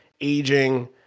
aging